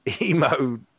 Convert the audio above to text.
emo